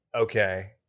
okay